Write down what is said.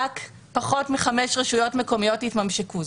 פחות מחמש רשויות מקומיות התממשקו.